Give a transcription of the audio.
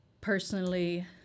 personally